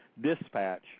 Dispatch